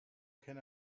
can